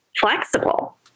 flexible